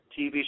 TV